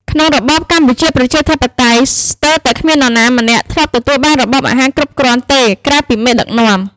ក្នុងរបបកម្ពុជាប្រជាធិបតេយ្យ ស្ទើរតែគ្មាននរណាម្នាក់ ធ្លាប់ទទួលបានរបបអាហារគ្រប់គ្រាន់ទេ ក្រៅពីមេដឹកនាំ។